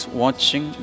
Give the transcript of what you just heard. watching